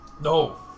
No